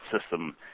system